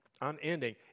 unending